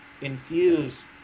infuse